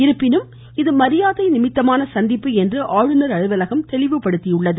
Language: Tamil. இருப்பினும் இது மரியாதை நிமித்தமானது என்று ஆளுநர் அலுவலகம் தெளிவுபடுத்தியுள்ளது